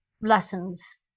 lessons